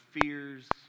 fears